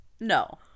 No